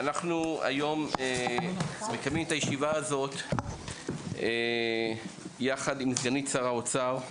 אנחנו היום מקיימים את הישיבה הזאת יחד עם סגנית שר האוצר,